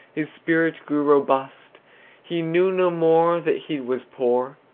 his spirit grew robust he knew no more that he was poor,